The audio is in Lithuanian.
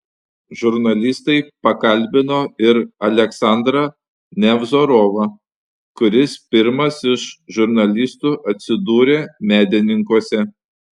žurnalistai pakalbino ir aleksandrą nevzorovą kuris pirmas iš žurnalistų atsidūrė medininkuose